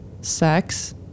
sex